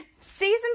season